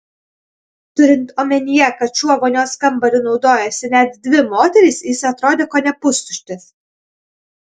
turint omenyje kad šiuo vonios kambariu naudojosi net dvi moterys jis atrodė kone pustuštis